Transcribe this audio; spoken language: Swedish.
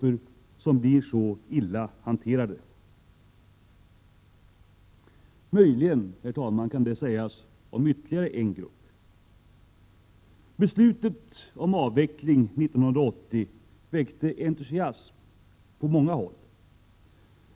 Det är få grupper som blir så illa hanterade — möjligen kan detsamma dock sägas om ytterligare en grupp. Beslutet om avveckling som fattades 1980 väckte entusiasm på vissa håll.